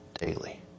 daily